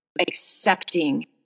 accepting